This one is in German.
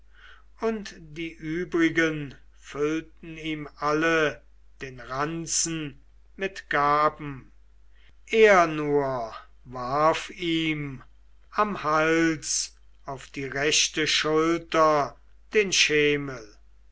und die übrigen füllten ihm alle den ranzen mit gaben er nur warf ihm am hals auf die rechte schulter den schemel